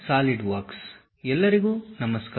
SolidWorks ಎಲ್ಲರಿಗೂ ನಮಸ್ಕಾರ